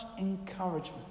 encouragement